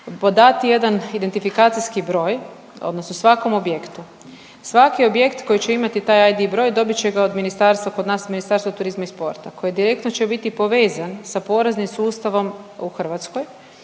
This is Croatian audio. podati jedan identifikacijski broj odnosno svakom objektu. Svaki objekt koji će imati taj ID broj dobit će ga od ministarstva kod nas Ministarstva turizma i sporta koji direktno će biti povezan sa poreznim sustavom u Hrvatskoj,